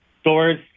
stores